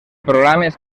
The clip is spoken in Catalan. programes